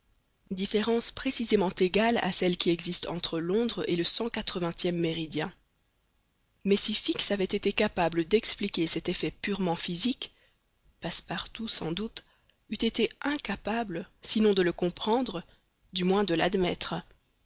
différence précisément égale à celle qui existe entre londres et le cent quatre vingtième méridien mais si fix avait été capable d'expliquer cet effet purement physique passepartout sans doute eût été incapable sinon de le comprendre du moins de l'admettre